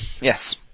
Yes